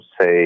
say